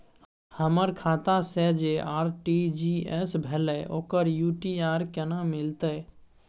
हमर खाता से जे आर.टी.जी एस भेलै ओकर यू.टी.आर केना मिलतै?